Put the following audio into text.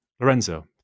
Lorenzo